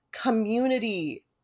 Community